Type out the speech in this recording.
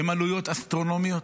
הן עלויות אסטרונומיות,